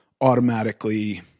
automatically